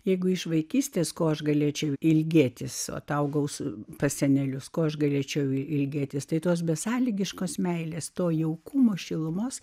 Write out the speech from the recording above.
jeigu iš vaikystės ko aš galėčiau ilgėtis o tau gaus pas senelius ko aš galėčiau ilgėtis tai tos besąlygiškos meilės to jaukumo šilumos